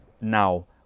now